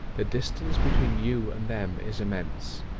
the distance between you and them is immense.